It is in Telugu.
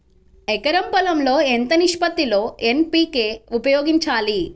ఎకరం పొలం లో ఎంత నిష్పత్తి లో ఎన్.పీ.కే ఉపయోగించాలి?